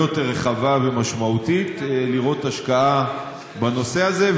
יותר רחבה ומשמעותית לראות השקעה בנושא הזה.